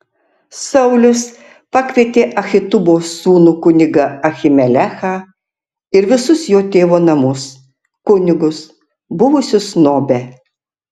saulius pakvietė ahitubo sūnų kunigą ahimelechą ir visus jo tėvo namus kunigus buvusius nobe